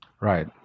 Right